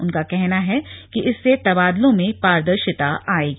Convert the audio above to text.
उनका कहना है कि इससे तबादलों में पारदर्शिता आएगी